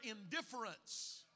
indifference